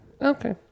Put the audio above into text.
Okay